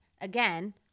again